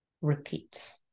repeat